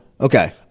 Okay